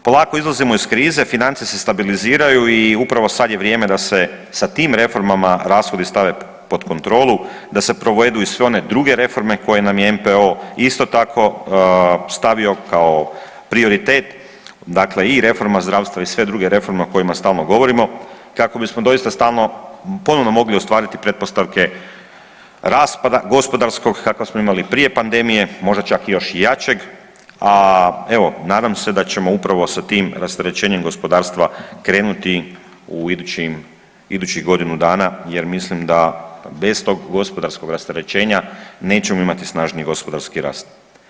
Polako izlazimo iz krize, financije se stabiliziraju i upravo sad je vrijeme da se sa tim reformama rashodi stave pod kontrolu, da se provedu i sve one druge reforme koje nam je MPO isto tako stavio kao prioritet, dakle i reforma zdravstva i sve druge reforme o kojima stalno govorimo, kako bismo doista stalno, ponovno mogli ostvariti pretpostavke rasta gospodarska kakav smo imali prije pandemije, možda čak još i jačeg, a evo, nadam se da ćemo upravo sa tim rasterećenjem gospodarstva krenuti u idućim, idućih godinu dana, jer mislim da bez tog gospodarskog rasterećenja nećemo imati snažniji gospodarski rast.